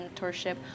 mentorship